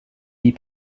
vit